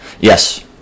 Yes